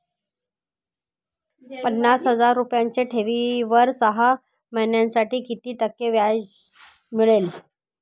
पन्नास हजार रुपयांच्या ठेवीवर सहा महिन्यांसाठी किती टक्के व्याज मिळेल?